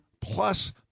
plus